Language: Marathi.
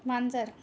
मांजर